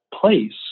place